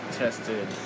tested